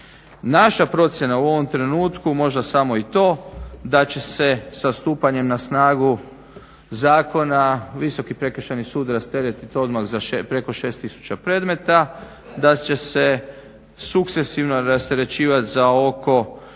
Naša procjena u ovom trenutku možda samo i to da će se sa stupanjem na snagu zakona Visoki prekršajni sud rasteretiti odmah preko 6000 predmeta, da će se sukcesivno rasterećivat za oko